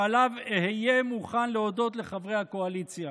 שעליו אהיה מוכן להודות לחברי הקואליציה: